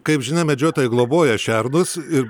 kaip žinom medžiotojai globoja šernus ir